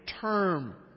term